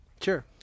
Sure